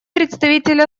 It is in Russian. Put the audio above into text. представитель